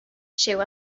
llegó